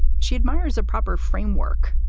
she admires a proper framework,